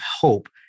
hope